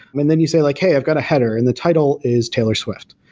and then you say, like hey, i've got a header and the title is taylor swift,